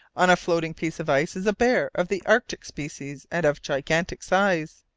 on a floating piece of ice is a bear of the arctic species and of gigantic size.